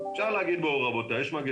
אפשר להגיד יש מגיפה,